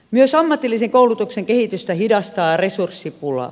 myös ammatillisen koulutuksen kehitystä hidastaa resurssipula